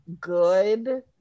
good